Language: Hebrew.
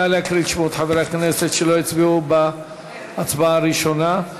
נא להקריא את שמות חברי הכנסת שלא הצביעו בהצבעה הראשונה.